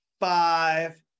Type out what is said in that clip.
five